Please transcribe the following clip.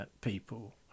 people